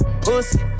pussy